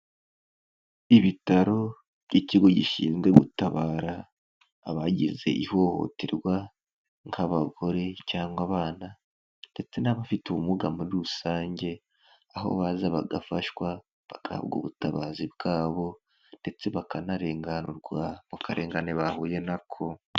Ibitaro by'ikigo gishinzwe gutabara abagize ihohoterwa nk'abagore cyangwa abana ndetse n'abafite ubumuga muri rusange, aho baza bagafashwa, bagahabwa ubutabazi bwabo ndetse bakanarenganurwa mu karengane bahuye nako.